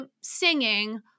singing